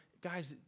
guys